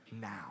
now